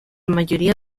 mayoría